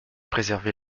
préserver